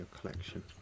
collection